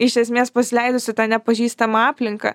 iš esmės pasileidus į tą nepažįstamą aplinką